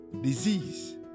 disease